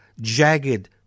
jagged